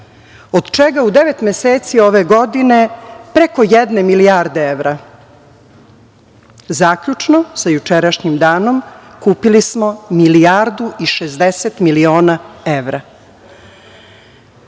od čega u devet meseci ove godine prekoj jedne milijarde evra. Zaključno sa jučerašnjim danom kupili smo milijardu i 600 miliona evra. Bruto